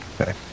Okay